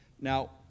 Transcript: Now